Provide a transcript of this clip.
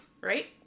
right